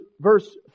verse